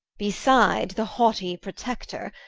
beside the haughtie protector,